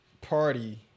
party